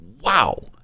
Wow